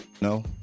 No